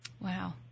Wow